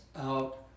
out